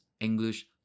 English